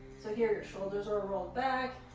so here, your shoulders are ah rolled back.